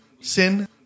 Sin